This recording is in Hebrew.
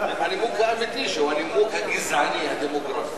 את הנימוק האמיתי, שהוא הנימוק הגזעני הדמוגרפי.